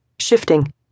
Shifting